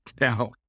now